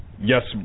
yes